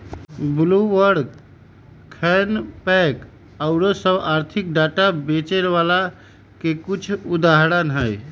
Bloomberg, RavenPack आउरो सभ आर्थिक डाटा बेचे बला के कुछ उदाहरण हइ